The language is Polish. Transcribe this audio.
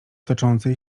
toczącej